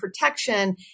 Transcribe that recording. protection